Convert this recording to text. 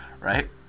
right